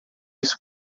isso